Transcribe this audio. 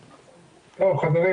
חברים,